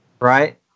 right